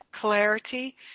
clarity